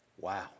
Wow